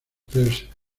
first